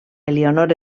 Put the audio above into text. elionor